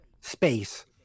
space